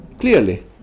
clearly